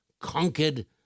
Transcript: conquered